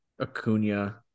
Acuna